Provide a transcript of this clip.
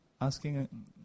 asking